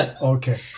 Okay